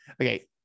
okay